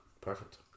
perfect